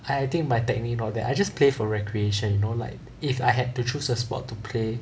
I think my technique not there I just play for recreation you know like if I had to choose a sport to play